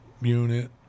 unit